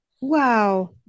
Wow